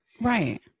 Right